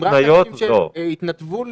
הם רק אנשים שהתנדבו להיבדק?